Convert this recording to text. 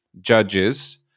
judges